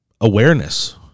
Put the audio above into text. awareness